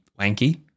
wanky